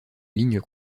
lignes